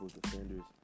defenders